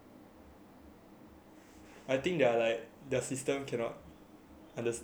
I think they are like their system cannot understand when two people talking